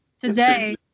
today